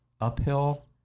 uphill